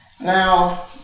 Now